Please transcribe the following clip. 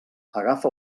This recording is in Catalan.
agafa